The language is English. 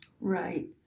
Right